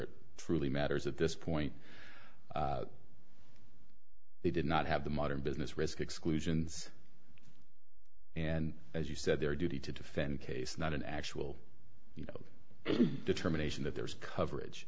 it truly matters at this point they did not have the modern business risk exclusions and as you said their duty to defend case not an actual you know determination that there's coverage